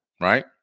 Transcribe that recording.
right